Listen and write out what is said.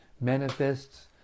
manifests